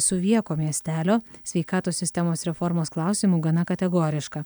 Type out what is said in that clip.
suvieko miestelio sveikatos sistemos reformos klausimu gana kategoriška